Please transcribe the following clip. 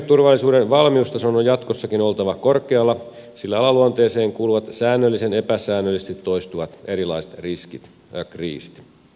elintarviketurvallisuuden valmiustason on jatkossakin oltava korkealla sillä alan luonteeseen kuuluvat säännöllisen epäsäännöllisesti toistuvat erilaiset riskit ja kriisit